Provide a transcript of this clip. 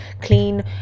clean